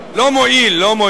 לא מועיל, לא מועיל.